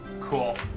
cool